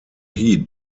heat